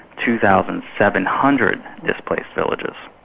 two thousand seven hundred displaced villages.